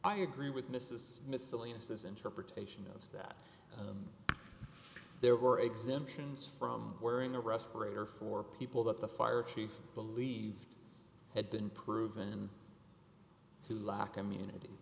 i agree with mrs miscellaneous his interpretation is that there were exemptions from wearing a respirator for people that the fire chief believe had been proven to lack i